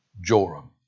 Joram